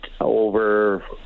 over